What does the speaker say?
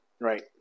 Right